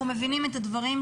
אנחנו מבינים את הדברים.